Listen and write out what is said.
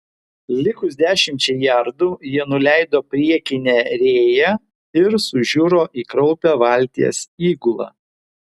likus dešimčiai jardų jie nuleido priekinę rėją ir sužiuro į kraupią valties įgulą